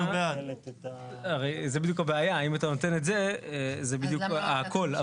אם אתה נותן את זה, זה בדיוק הכל.